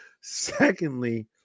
Secondly